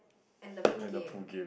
and the pool game